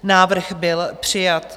Návrh byl přijat.